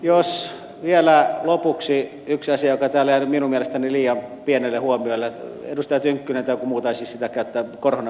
jos vielä lopuksi yksi asia joka täällä on jäänyt minun mielestäni liian pienelle huomiolle edustaja tynkkynen tai joku muu korhonen taisi siitä käyttää puheenvuoron ja se on energiatehokkuus